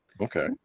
Okay